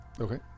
Okay